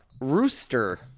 Rooster